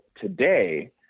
today